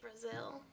Brazil